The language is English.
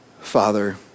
Father